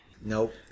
Nope